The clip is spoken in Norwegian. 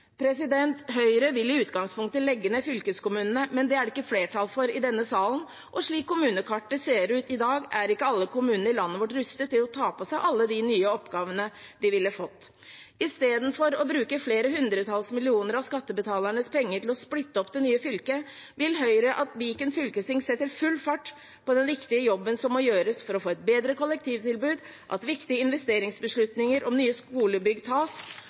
Høyre vil i utgangspunktet legge ned fylkeskommunene, men det er det ikke flertall for i denne salen, og slik kommunekartet ser ut i dag, er ikke alle kommunene i landet vårt rustet til å ta på seg alle de nye oppgavene de ville fått. Istedenfor å bruke flere hundretalls millioner av skattebetalernes penger til å splitte opp det nye fylket vil Høyre at fylkestinget i Viken setter full fart på den viktige jobben som må gjøres for å få et bedre kollektivtilbud, at viktige investeringsbeslutninger om nye skolebygg tas,